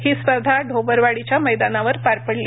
ही स्पर्धा ढोबरवाडीच्या मैदानावर पार पडली